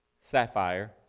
Sapphire